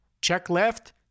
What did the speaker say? check-left